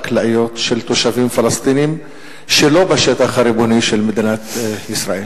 חקלאיות של תושבים פלסטינים שלא בשטח הריבוני של מדינת ישראל.